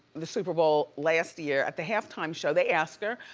the super bowl last year at the halftime show. they asked her,